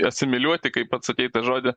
asimiliuoti kaip pats sakei tą žodį